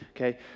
okay